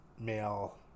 male